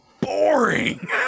boring